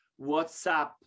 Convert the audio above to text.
WhatsApp